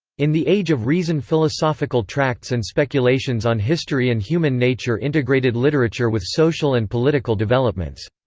in the age of reason philosophical tracts and speculations on history and human nature integrated literature with social and political developments.